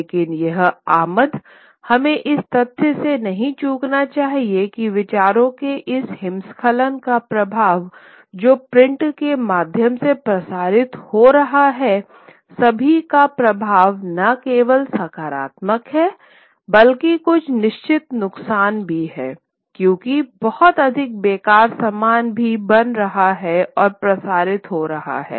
लेकिन यह आमद हमें इस तथ्य से नहीं चूकना चाहिए कि विचारों के इस हिमस्खलन का प्रवाह जो प्रिंट के माध्यम से प्रसारित हो रहा है सभी का प्रभाव न केवल सकारात्मक है बल्कि कुछ निश्चित नुकसान भी हैं क्योंकि बहुत अधिक बेकार सामान भी बन रहा है और प्रसारित हो रहा है